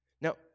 Now